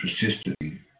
Persistently